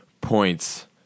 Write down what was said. points